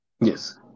Yes